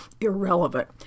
irrelevant